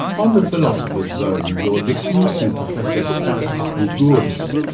on the philosopher's zone you're listening to professor stathis gourgouris,